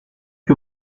que